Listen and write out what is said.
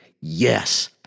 yes